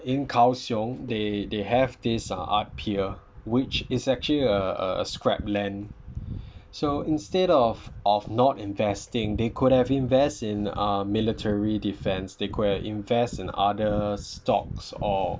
in kaohsiung they they have this uh art pier which is actually a a scrap land so instead of of not investing they could have invest in uh military defense they could have invest in other stocks or